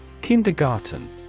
Kindergarten